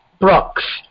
Brooks